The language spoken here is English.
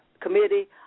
Committee